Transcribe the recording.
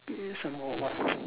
eh someone what